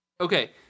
Okay